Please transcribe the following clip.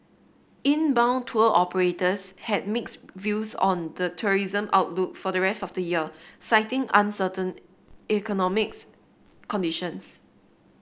inbound tour operators had mixed views on the tourism outlook for the rest of the year citing uncertain economics conditions